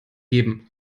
geben